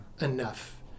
enough